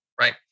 right